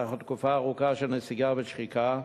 לאחר תקופה ארוכה של נסיגה ושחיקה.